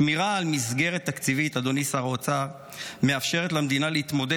שמירה על מסגרת תקציבית מאפשרת למדינה להתמודד